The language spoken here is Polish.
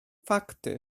fakty